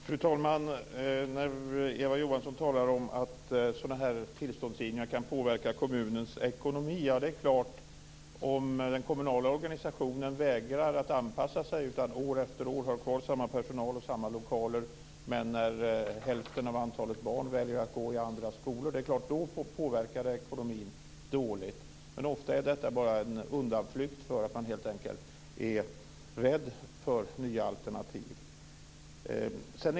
Fru talman! Eva Johansson säger att sådana här tillståndsgivningar kan påverka kommunens ekonomi. Ja, det är klart. Om den kommunala organisationen vägrar att anpassa sig och i stället år efter år har kvar samma personal och lokaler, medan hälften av antalet barn väljer att gå i andra skolor, påverkar det självklart ekonomin på ett dåligt sätt. Men ofta är detta bara en undanflykt för att man helt enkelt är rädd för nya alternativ.